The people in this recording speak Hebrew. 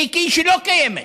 מיקי, שלא קיימת.